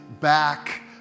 back